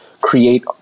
create